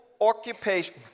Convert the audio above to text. occupation